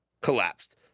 collapsed